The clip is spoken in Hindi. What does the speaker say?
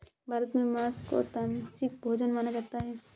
भारत में माँस को तामसिक भोजन माना जाता है